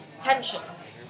tensions